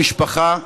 המשפחה,